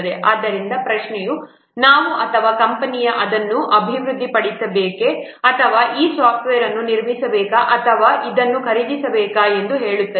ಆದ್ದರಿಂದ ಪ್ರಶ್ನೆಯು ನಾವು ಅಥವಾ ಕಂಪನಿಯು ಅದನ್ನು ಅಭಿವೃದ್ಧಿಪಡಿಸಬೇಕೇ ಅಥವಾ ಈ ಸಾಫ್ಟ್ವೇರ್ ಅನ್ನು ನಿರ್ಮಿಸಬೇಕೇ ಅಥವಾ ಅವರು ಅದನ್ನು ಖರೀದಿಸಬೇಕು ಎಂದು ಹೇಳುತ್ತದೆ